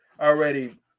already